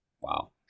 Wow